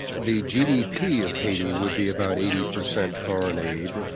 the gdp of haiti would be about eighty percent foreign aid.